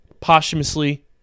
posthumously